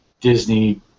Disney